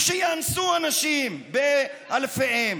ושיאנסו אנשים באלפיהם,